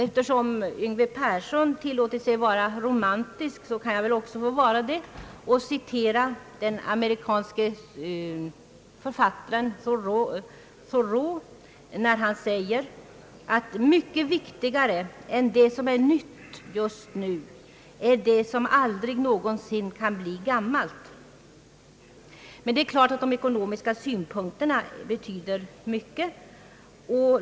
Eftersom herr Yngve Persson har tilllåtit sig att vara romantisk kan jag väl också få vara det och citera den amerikanske författaren Thoreau när han säger: »Mycket viktigare än det som är nytt just nu är det som aldrig någonsin kan bli gammalt.» Men det är klart att de ekonomiska synpunkterna betyder mycket.